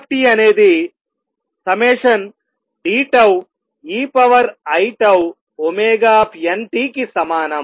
y అనేది ∑Deiτωnt కి సమానం